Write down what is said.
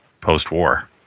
post-war